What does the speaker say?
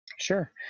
Sure